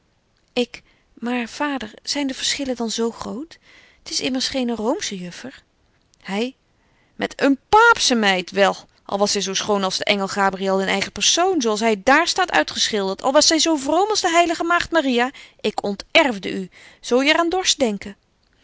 maar vader zyn de verschillen dan zo groot t is immers geene roomsche juffer hy met een paapsche meid wel al was zy zo schoon als de engel gabriël in eigen persoon zo als hy dààr staat uitgeschildert al was zy zo vroom als de heilige maagd maria ik onterfde u zo je er aan dorst denken